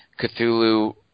Cthulhu